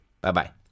Bye-bye